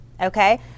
Okay